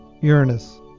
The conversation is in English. Uranus